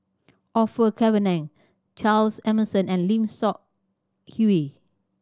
Orfeur Cavenagh Charles Emmerson and Lim Seok Hui